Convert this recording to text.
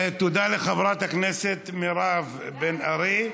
תודה לחברת הכנסת מירב בן ארי.